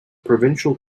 provincial